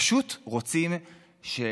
פשוט רוצים שנתניהו,